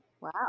Wow